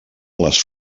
les